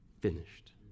finished